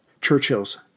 Churchill's